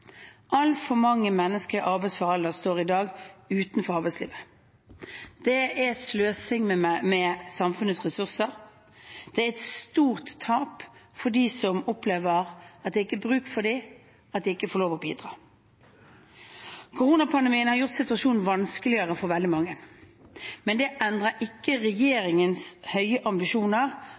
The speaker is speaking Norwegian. Altfor mange mennesker i arbeidsfør alder står i dag utenfor arbeidslivet. Det er sløsing med samfunnets ressurser. Det er et stort tap for dem som opplever at det ikke er bruk for dem, at de ikke får lov til å bidra. Koronapandemien har gjort situasjonen vanskeligere for veldig mange, men det endrer ikke regjeringens høye ambisjoner